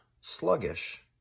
sluggish